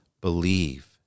Believe